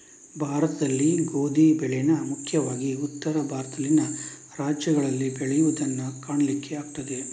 ಭಾರತದಲ್ಲಿ ಗೋಧಿ ಬೆಳೇನ ಮುಖ್ಯವಾಗಿ ಉತ್ತರ ಭಾರತದಲ್ಲಿನ ರಾಜ್ಯಗಳಲ್ಲಿ ಬೆಳೆಯುದನ್ನ ಕಾಣಲಿಕ್ಕೆ ಆಗ್ತದೆ